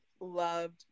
loved